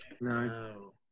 No